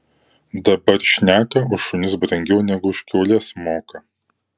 dabar šneka už šunis brangiau negu už kiaules moka